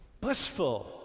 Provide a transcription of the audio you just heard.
blissful